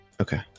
okay